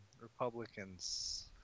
Republicans